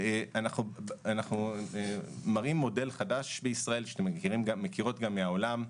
אנחנו מראים מודל חדש בישראל, שאתן מכירות מהעולם,